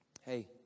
Hey